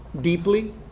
deeply